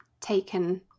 taken